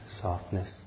softness